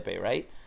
right